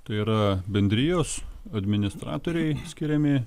tai yra bendrijos administratoriai skiriami